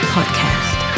Podcast